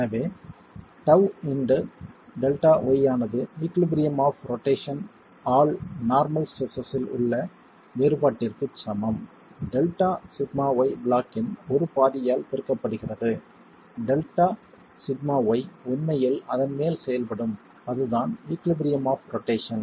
எனவே τ into Δy ஆனது ஈகுழிபறியும் ஆப் ரொட்டேஷன் ஆல் நார்மல் ஸ்ட்ரெஸ்ஸில் உள்ள வேறுபாட்டிற்கு சமம் Δσy பிளாக்கின் ஒரு பாதியால் பெருக்கப்படுகிறது Δσy உண்மையில் அதன் மேல் செயல்படும் அதுதான் ஈகுழிபறியும் ஆப் ரொட்டேஷன்